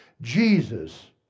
Jesus